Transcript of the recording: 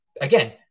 again